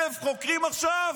אלף חוקרים עכשיו